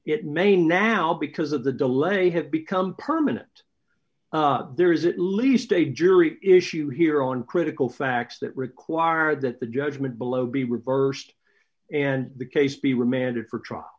it may now because of the delay have become permanent there is a least a jury issue here on critical facts that require that the judgment below be reversed and the case be remanded for trial